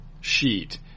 sheet